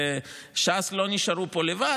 ש"ס לא נשארו פה לבד,